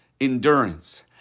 endurance